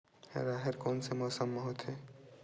राहेर कोन से मौसम म होथे?